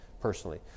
personally